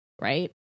Right